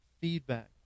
feedback